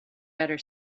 better